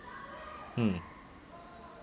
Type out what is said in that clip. mm